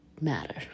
matter